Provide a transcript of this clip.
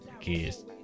kids